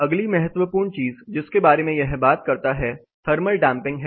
अगली महत्वपूर्ण चीज जिसके बारे में यह बात करता है थर्मल डैंपिंग है